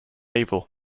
evil